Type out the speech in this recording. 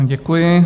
Děkuji.